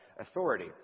authority